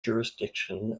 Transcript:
jurisdiction